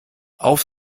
auf